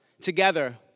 together